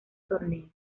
torneo